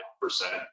percent